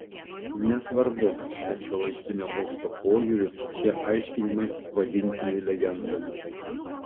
nesvarbu kad šiuolaikinio mokslo požiūriu šie aiškinimai vadintini legendomis